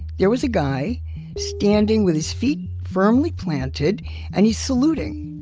there was a guy standing with his feet firmly planted and he's saluting.